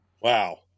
Wow